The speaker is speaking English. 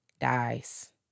dies